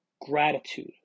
gratitude